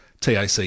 TAC